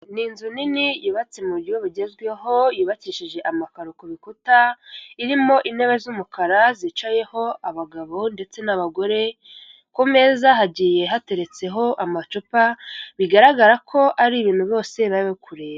Ni inzu nini yubatse mu buryo bugezweho yubakishije amakaro ku bikuta, irimo intebe z'umukara zicayeho abagabo ndetse n'abagore, ku meza hagiye hateretseho amacupa bigaragara ko ari ibintu bose bari bari kureba.